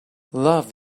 love